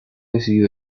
decidió